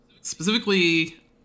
specifically